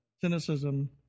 cynicism